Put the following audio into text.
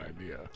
idea